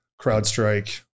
CrowdStrike